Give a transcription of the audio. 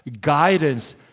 guidance